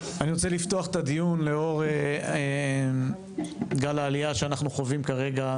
אני רוצה לפתוח את הדיון לאור גל העלייה שאנחנו חווים כרגע,